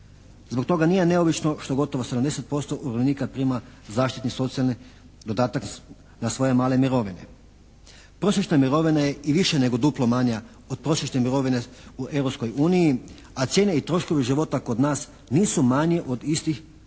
Zbog toga nije neobično što gotovo 70% umirovljenika prima zaštitni socijalni dodatak na svoje male mirovine. Prosječna mirovina je i više nego duplo manja od prosječne mirovine u Europskoj uniji, a cijene i troškovi života kod nas nisu manji od istih u toj